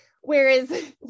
Whereas